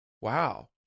Wow